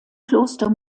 kloster